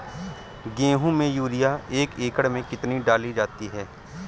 गेहूँ में यूरिया एक एकड़ में कितनी डाली जाती है?